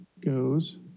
goes